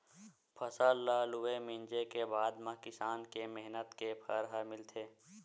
फसल ल लूए, मिंजे के बादे म किसान के मेहनत के फर ह मिलथे